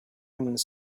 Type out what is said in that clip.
omens